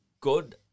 good